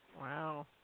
Wow